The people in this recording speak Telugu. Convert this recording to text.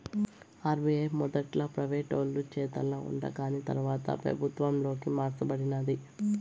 ఆర్బీఐ మొదట్ల ప్రైవేటోలు చేతల ఉండాకాని తర్వాత పెబుత్వంలోకి మార్స బడినాది